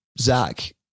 Zach